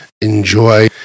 Enjoy